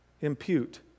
impute